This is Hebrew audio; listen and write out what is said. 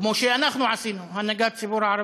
כמו שאנחנו עשינו, הנהגת הציבור הערבי?